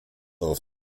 auf